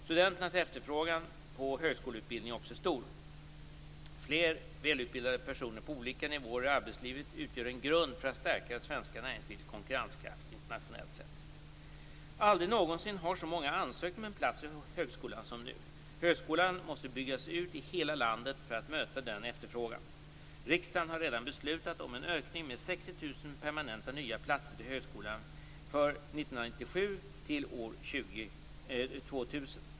Studenternas efterfrågan på högskoleutbildning är också stor. Fler välutbildade personer på olika nivåer i arbetslivet utgör en grund för att stärka det svenska näringslivets konkurrenskraft internationellt sett. Aldrig någonsin har så många ansökt om en plats i högskolan som nu. Högskolan måste byggas ut i hela landet för att möta denna efterfrågan. Riksdagen har redan beslutat om en ökning med 60 000 permanenta nya platser till högskolan för 1997 till år 2000.